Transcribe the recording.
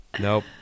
Nope